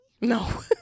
no